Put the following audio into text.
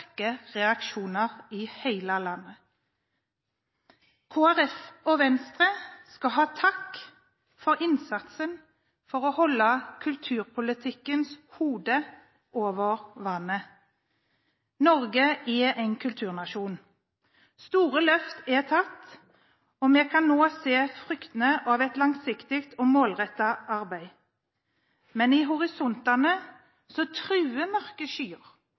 sterke reaksjoner i hele landet. Kristelig Folkeparti og Venstre skal ha takk for innsatsen for å holde kulturpolitikkens hode over vannet. Norge er en kulturnasjon. Store løft er tatt, og vi kan nå se fruktene av et langsiktig og målrettet arbeid. Men i horisonten truer mørke skyer